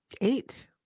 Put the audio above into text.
Eight